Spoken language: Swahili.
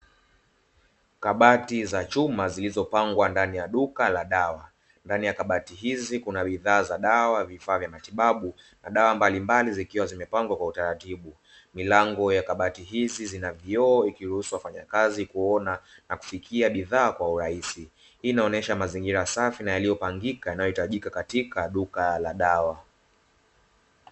Kabati za chuma zilizopandwa ndani ya duka la dawa. Ndani ya kabati hizi kuna bidhaa za dawa na vifaa vya matibu na dawa mbalimbali zikiwa zimepangwa kwa utaratibu. Milango ya kabati hizi zina vioo ikiruhusu wafanya kazi kuona na kufikia bidhaa kwa urahisi. Hii inaonyesha mazingira safi na yaliyopangika katika duka la dawa .